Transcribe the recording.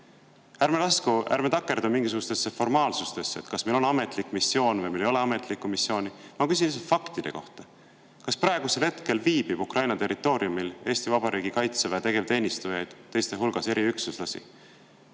Ärme lasku, ärme takerdu mingisugustesse formaalsustesse, et kas meil on ametlik missioon või meil ei ole ametlikku missiooni. Ma küsin faktide kohta. Kas praegusel hetkel viibib Ukraina territooriumil Eesti Vabariigi Kaitseväe tegevteenistujaid, teiste hulgas eriüksuslasi,